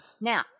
now